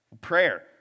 Prayer